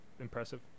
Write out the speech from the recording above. impressive